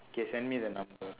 okay send me the number